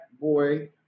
boy